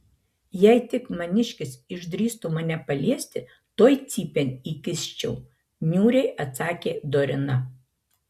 jei tik maniškis išdrįstų mane paliesti tuoj cypėn įkiščiau niūriai atsakė dorina